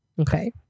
Okay